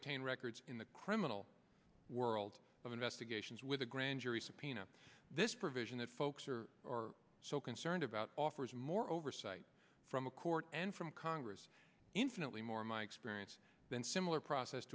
pain records in the criminal world of investigations with a grand jury subpoena this provision that folks are or so concerned about offers more oversight from a court and from congress infinitely more in my experience than similar process